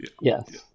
Yes